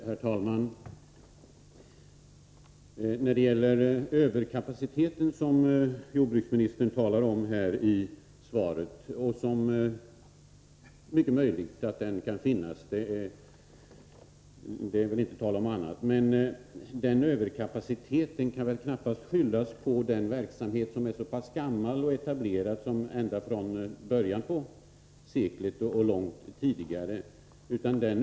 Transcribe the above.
Herr talman! Det är mycket möjligt att den överkapacitet som jordbruksministern talade om i svaret kan finnas — det är väl inte tal om annat. Men den överkapaciteten kan väl knappast skyllas på den verksamhet som tillkom före detta sekels början och som alltså är gammal och etablerad.